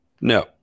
No